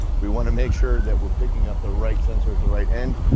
we want to make sure that we're picking up the right sensor at the right end,